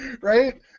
Right